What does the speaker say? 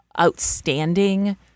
outstanding